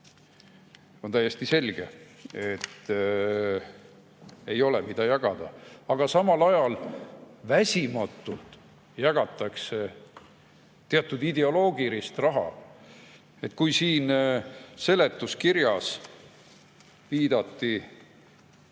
On täiesti selge, et ei ole, mida jagada. Aga samal ajal väsimatult jagatakse teatud ideoloogilist raha. Siin seletuskirjas viidati,